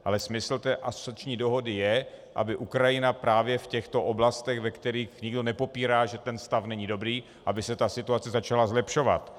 Ale smysl té asociační dohody je, aby Ukrajina právě v těchto oblastech, ve kterých nikdo nepopírá, že ten stav není dobrý, aby se ta situace začala zlepšovat.